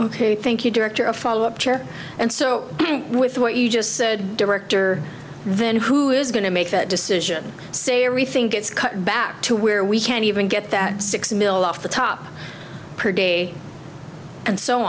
ank you director of follow up care and so with what you just said director then who is going to make that decision say everything gets cut back to where we can't even get that six mill off the top per day and so